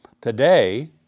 Today